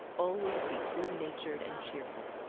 always be good natured and cheerful.